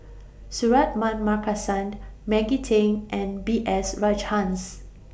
Suratman Markasan Maggie Teng and B S Rajhans